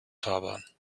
fahrbahn